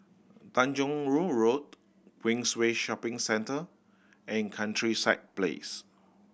Tanjong Rhu Road Queensway Shopping Centre and Countryside Place